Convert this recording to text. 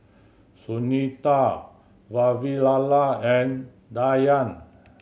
Sunita Vavilala and Dhyan